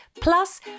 plus